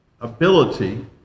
ability